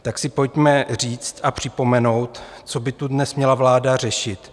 Tak si pojďme říct a připomenout, co by tu dnes měla vláda řešit.